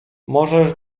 możesz